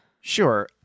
Sure